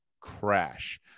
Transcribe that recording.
crash